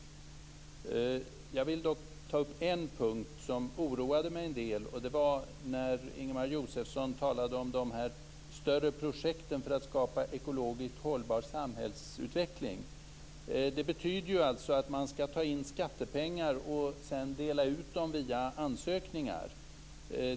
Jag vill dock ta upp en punkt som oroade mig en del. Det var när Ingemar Josefsson talade om de större projekten för att skapa en ekologiskt hållbar samhällsutveckling. Det betyder att man skall ta in skattepengar och sedan dela ut dem via ansökningar.